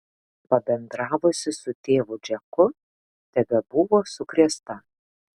pabendravusi su tėvu džeku tebebuvo sukrėsta